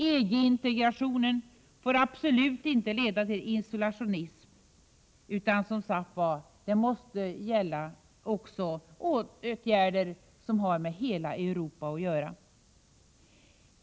EG-integrationen får absolut inte leda till isolationism, utan det måste vidtas åtgärder som har med hela Europa att göra.